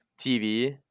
TV